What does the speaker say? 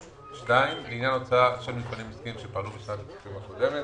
(2) לעניין הוצאה של מפעלים עסקיים שפעלו בשנת הכספים הקודמת,